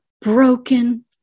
broken